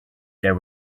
there